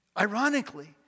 Ironically